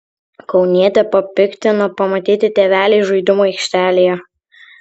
kaunietę papiktino pamatyti tėveliai žaidimų aikštelėje